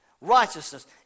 Righteousness